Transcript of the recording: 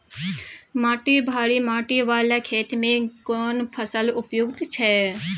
माटी भारी माटी वाला खेत में केना फसल उपयुक्त छैय?